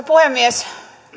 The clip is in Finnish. puhemies